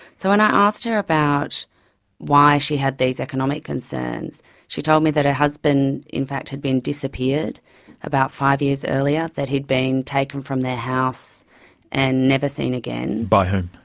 so when i asked her about why she had these economic concerns she told me that her husband in fact had been disappeared about five years earlier, that he had been taken from the house and never seen again. by whom?